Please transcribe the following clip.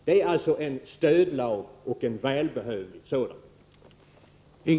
Det är alltså fråga om en stödlag, och en välbehövlig sådan.